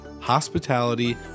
hospitality